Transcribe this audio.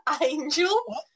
Angel